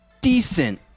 decent